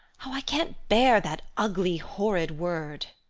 oh, i can't bear that ugly, horrid word!